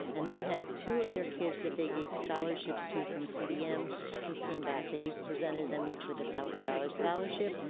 and they had two of their kids that they gave scholarships to from cdm who came back. they presented them each with a thousand dollar scholarship,